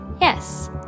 Yes